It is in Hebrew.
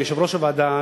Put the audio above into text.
ליושב-ראש הוועדה,